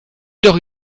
doch